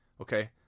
Okay